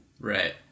Right